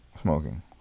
smoking